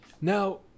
Now